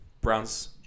Browns